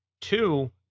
Two